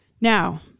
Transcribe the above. Now